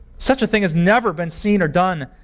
such a thing has never been seen or done,